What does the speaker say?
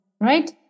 Right